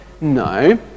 No